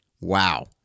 Wow